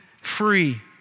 free